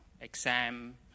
exam